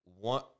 one